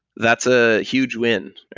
that's a huge win.